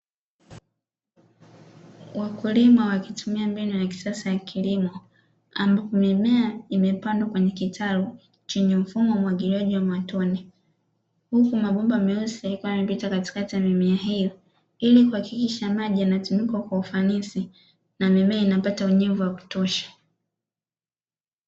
Wakulima wakitumia mbinu ya kisasa ya kilimo ambapo mimea imepandwa kwenye kitalu chenye mbinu ya umwagiliaji wa matone, huku mabomba meusi yakiwa yamepita katikati ya mimea hiyo, ili kuhakikisha maji yanatumiwa kwa ufanisi na mimea inapata unyevu wa kutosha.